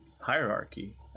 hierarchy